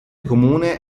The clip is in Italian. comune